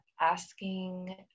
asking